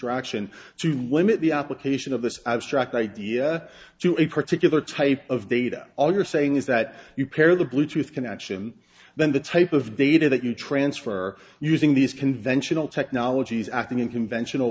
extraction to limit the application of this abstract idea to a particular type of data all you're saying is that you pair the bluetooth connection then the type of data that you transfer using these conventional technologies acting in conventional